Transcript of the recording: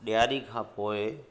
ॾियारी खां पोइ